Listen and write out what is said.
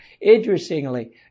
interestingly